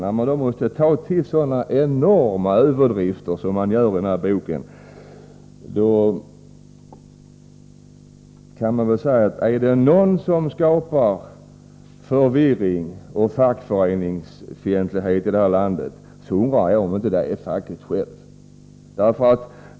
När man måste ta till sådana enorma överdrifter som man gör i denna bok, vill jag säga att om det är någon som skapar förvirring och fackföreningsfientlighet i Sverige så är det facket självt.